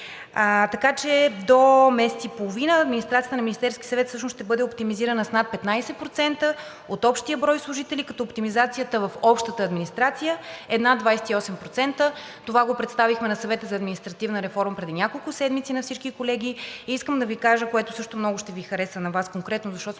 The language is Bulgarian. Така че до месец и половина Администрацията на Министерския съвет всъщност ще бъде оптимизирана с над 15% от общия брой служители, като оптимизацията в общата администрация е над 28%. Това го представихме на Съвета за административна реформа преди няколко седмици на всички колеги. Искам да Ви кажа, което също много ще Ви хареса на Вас конкретно, защото